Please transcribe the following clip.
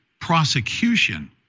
prosecution